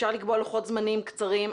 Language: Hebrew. אפשר לקבוע לוחות זמנים קצרים,